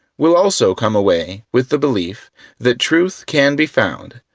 will also come away with the belief that truth can be found,